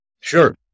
Sure